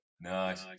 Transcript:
Nice